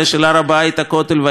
הכותל והעיר העתיקה,